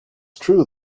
true